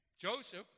Joseph